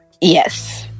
yes